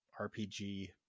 RPG